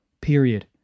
Period